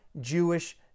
Jewish